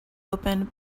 opened